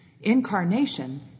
Incarnation